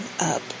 up